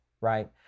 right